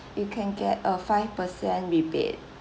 you can get a five percent rebate